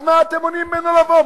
אז מה אתם מונעים ממנו לבוא?